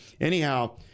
anyhow